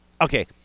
okay